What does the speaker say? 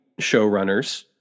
showrunners